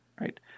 right